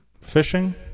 Fishing